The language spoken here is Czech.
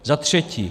Za třetí.